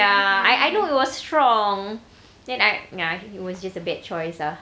ya I I know it was strong then I ya I think it was just a bad choice ah